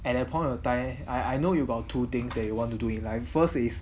at that point of time I I know you got two thing that you want to do in life first is